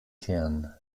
kern